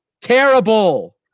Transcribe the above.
Terrible